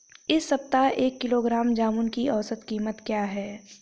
इस सप्ताह एक किलोग्राम जामुन की औसत कीमत क्या है?